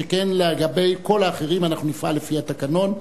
שכן לגבי כל האחרים אנחנו נפעל לפי התקנון.